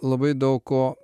labai daug ko